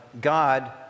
God